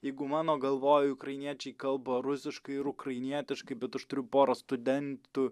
jeigu mano galvoj ukrainiečiai kalba rusiškai ir ukrainietiškai bet aš turiu porą studentų